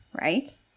Right